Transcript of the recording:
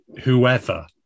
whoever